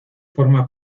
forma